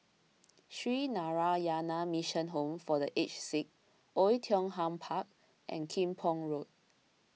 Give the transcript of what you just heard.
Sree Narayana Mission Home for the Aged Sick Oei Tiong Ham Park and Kim Pong Road